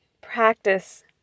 practice